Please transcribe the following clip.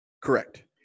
Correct